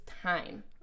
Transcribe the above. time